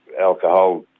alcohol